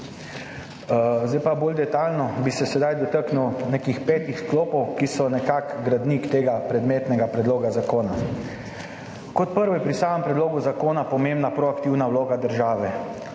Zdaj pa bi se bolj detajlno dotaknil petih sklopov, ki so nekako gradnik tega predmetnega predloga zakona. Kot prvo je pri samem predlogu zakona pomembna proaktivna vloga države.